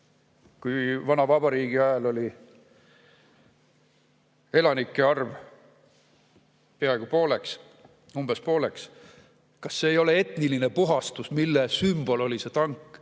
Kui vana vabariigi ajal oli elanike arv umbes pooleks, kas see ei ole etniline puhastus, mille sümbol oli see tank?